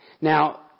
Now